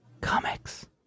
Comics